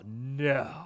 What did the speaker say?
no